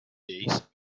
days